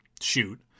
shoot